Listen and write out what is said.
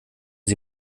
sie